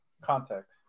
context